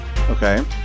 Okay